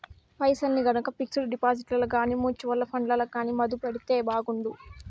పైసల్ని గనక పిక్సుడు డిపాజిట్లల్ల గానీ, మూచువల్లు ఫండ్లల్ల గానీ మదుపెడితే బాగుండు